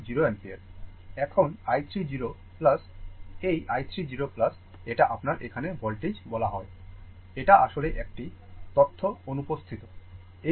এখন i 3 0 এই i 3 0 এটা আপনার এখানে voltage বলা হয় এটা আসলে একটি তথ্য অনুপস্থিত এই মান টি 25 Ω